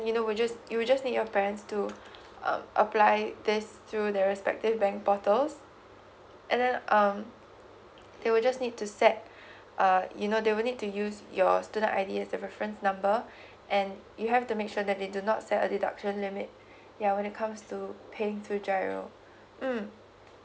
you know we just you will just need your parents to uh apply this through their respective bank portals and then um they will just need to set a you know they will need to use your student I_D as the reference number and you have to make sure that they do not set a deduction limit ya when it comes to paying though GIRO mm